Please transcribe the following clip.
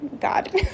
God